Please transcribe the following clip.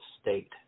state